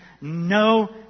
no